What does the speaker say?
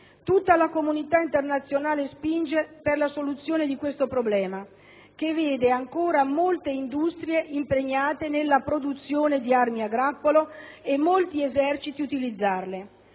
Tutta la comunità internazionale spinge per la soluzione di questo problema, che vede ancora molte industrie impegnate nella produzione di armi a grappolo e molti eserciti utilizzarle.